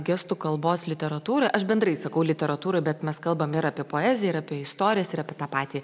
gestų kalbos literatūroj aš bendrai sakau literatūroj bet mes kalbam ir apie poeziją ir apie istorijas ir apie tą patį